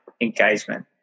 engagement